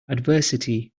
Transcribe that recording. adversity